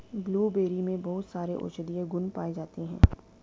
blueberry में बहुत सारे औषधीय गुण पाये जाते हैं